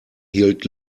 hielt